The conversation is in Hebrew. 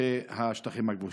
בשטחים הכבושים.